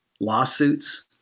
lawsuits